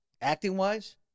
acting-wise